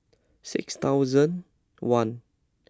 six thousand one